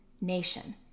nation